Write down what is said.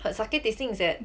her sake tasting is at